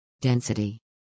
Density